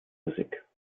musik